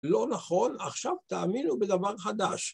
לא נכון, עכשיו תאמינו בדבר חדש.